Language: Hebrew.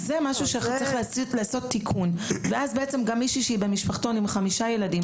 זה משהו שצריך לעשות תיקון ואז גם מישהי שהיא במשפחתון עם חמישה ילדים,